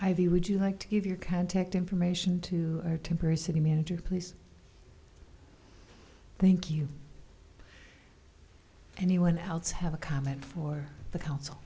view would you like to give your contact information to our temporary city manager please thank you anyone else have a comment for the council